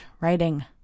writing